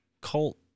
cult